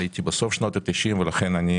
עליתי בסוף שנות ה-90' ולכן אני